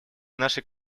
нашей